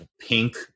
pink